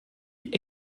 die